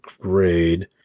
grade